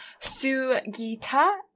Sugita